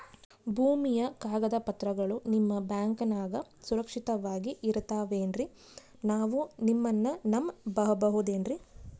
ಭೂಮಿಯ ಕಾಗದ ಪತ್ರಗಳು ನಿಮ್ಮ ಬ್ಯಾಂಕನಾಗ ಸುರಕ್ಷಿತವಾಗಿ ಇರತಾವೇನ್ರಿ ನಾವು ನಿಮ್ಮನ್ನ ನಮ್ ಬಬಹುದೇನ್ರಿ?